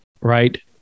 right